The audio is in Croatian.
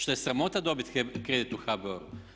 Šta je sramota dobiti kredit u HBOR-u?